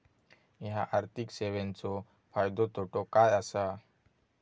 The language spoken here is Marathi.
हया आर्थिक सेवेंचो फायदो तोटो काय आसा?